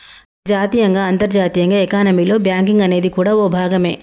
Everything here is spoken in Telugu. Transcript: జాతీయంగా అంతర్జాతీయంగా ఎకానమీలో బ్యాంకింగ్ అనేది కూడా ఓ భాగమే